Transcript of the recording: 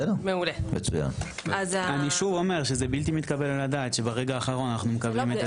שוב - זה בלתי מתקבל על הדעת שברגע האחרון אנחנו מקבלים.